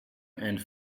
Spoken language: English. and